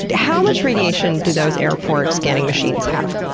how much radiation do those airport scanning machines have?